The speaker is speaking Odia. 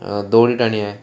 ଦଉଡ଼ି ଟାଣିବା